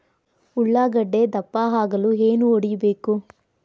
ಉಳ್ಳಾಗಡ್ಡೆ ದಪ್ಪ ಆಗಲು ಏನು ಹೊಡಿಬೇಕು?